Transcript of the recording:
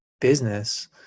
business